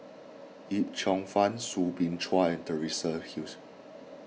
Yip Cheong Fun Soo Bin Chua and Teresa Hsu